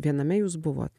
viename jūs buvo